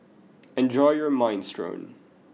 enjoy your Minestrone